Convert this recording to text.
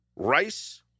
Rice